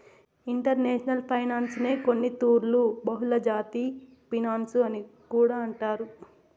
international ఫైనాన్సునే కొన్నితూర్లు బహుళజాతి ఫినన్సు అని కూడా అంటారు